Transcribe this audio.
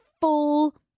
full